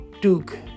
Duke